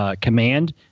command